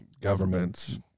governments